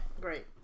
Great